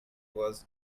was